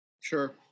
Sure